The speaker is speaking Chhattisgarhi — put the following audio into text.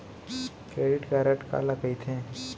क्रेडिट कारड काला कहिथे?